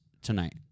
tonight